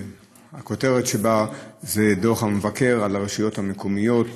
שהכותרת שלה היא דוח המבקר על הרשויות המקומיות,